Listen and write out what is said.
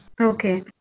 Okay